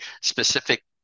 specific